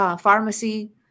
pharmacy